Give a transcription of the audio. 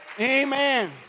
Amen